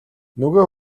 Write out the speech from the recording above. нөгөө